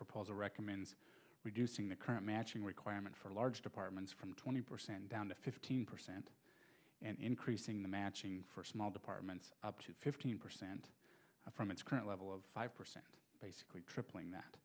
proposal recommends reducing the current matching requirement for large departments from twenty percent down to fifteen percent and increasing the matching for small departments up to fifteen percent from its current level of five percent basically tripling that